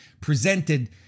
presented